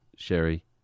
Sherry